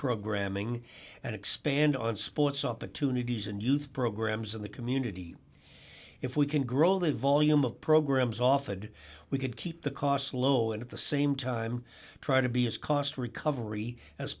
programming and expand on sports opportunities and youth programs in the community if we can grow the volume of programs offered we could keep the costs low and at the same time try to be as cost recovery as